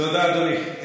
תודה, אדוני.